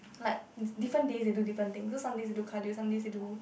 like different days they do different things so somedays they do cardio somedays they do